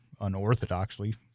unorthodoxly